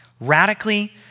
radically